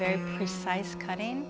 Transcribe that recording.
very precise cutting